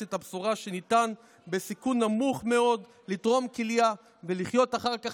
את הבשורה: ניתן לתרום כליה בסיכון נמוך מאוד ולחיות אחר כך